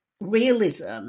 realism